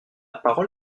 parole